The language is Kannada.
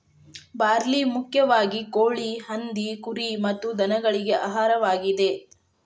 ಬಾರ್ಲಿ ಮುಖ್ಯವಾಗಿ ಕೋಳಿ, ಹಂದಿ, ಕುರಿ ಮತ್ತ ದನಗಳಿಗೆ ಆಹಾರವಾಗಿದೆ